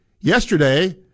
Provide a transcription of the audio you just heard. yesterday